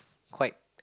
quite